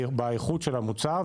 באיכות של המוצר,